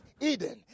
Eden